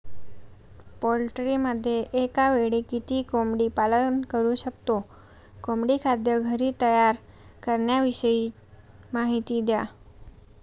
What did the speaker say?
पोल्ट्रीमध्ये एकावेळी किती कोंबडी पालन करु शकतो? कोंबडी खाद्य घरी तयार करण्याविषयी माहिती द्या